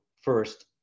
first